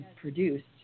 produced